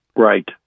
Right